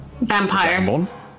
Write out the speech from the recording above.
vampire